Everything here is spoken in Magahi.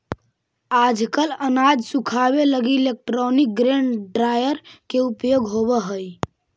आजकल अनाज सुखावे लगी इलैक्ट्रोनिक ग्रेन ड्रॉयर के उपयोग होवऽ हई